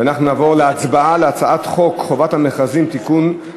ואנחנו נעבור להצבעה על הצעת חוק חובת המכרזים (תיקון,